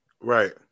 Right